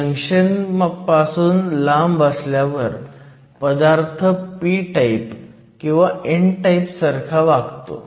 junction पासून लांब असल्यावर पदार्थ p टाईप किंवा n टाईप सारखा वागतो